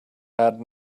had